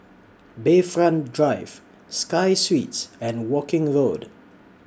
Bayfront Drive Sky Suites and Woking Road